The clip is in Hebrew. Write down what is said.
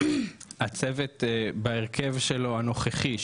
הצוות בהרכב שלו הנוכחי,